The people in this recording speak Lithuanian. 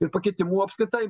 ir pakitimų apskritai